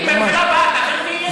תגיד, בממשלה הבאה, תהיה?